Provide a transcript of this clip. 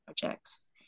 projects